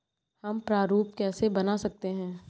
हम प्रारूप कैसे बना सकते हैं?